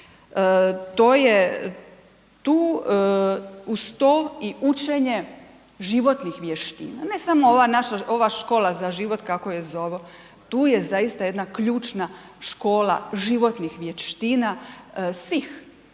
To je tu, uz to i učenje životnih vještina. Ne samo ova naša, ova škola za život kako ju zovu, tu je zaista jedna ključna škola životnih vještina svih